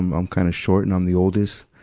i'm, i'm kind of short and i'm the oldest.